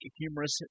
humorous